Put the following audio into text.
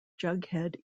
jughead